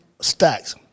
stacks